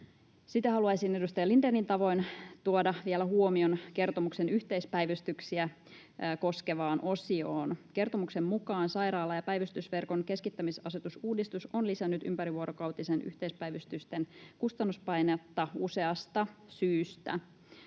Haluaisin edustaja Lindénin tavoin tuoda vielä huomion kertomuksen yhteispäivystyksiä koskevaan osioon. Kertomuksen mukaan sairaala- ja päivystysverkon keskittämisasetusuudistus on lisännyt ympärivuorokautisten yhteispäivystysten kustannuspainetta useasta syystä.